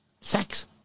sex